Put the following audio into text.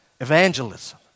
Evangelism